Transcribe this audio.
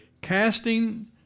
casting